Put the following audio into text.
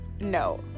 no